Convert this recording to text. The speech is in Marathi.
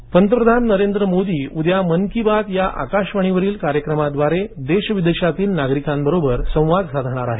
मन की बात पंतप्रधान नरेंद्र मोदी उद्या मन की बात या आकाशवाणीवरील कार्यक्रमाद्वारे देश विदेशातील नागरिकांबरोबर संवाद साधणार आहेत